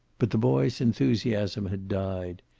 but the boy's enthusiasm had died.